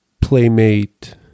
playmate